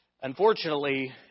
unfortunately